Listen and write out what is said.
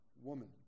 woman